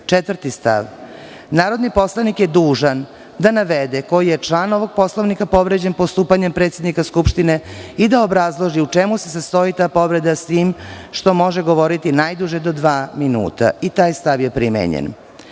stav – Narodni poslanik je dužan da navede koji je član ovog Poslovnika povređen postupanjem predsednika Skupštine i da obrazloži u čemu se sastoji ta povreda, s tim što može govoriti najduže do dva minuta. I taj stav je primenjen. Sledeći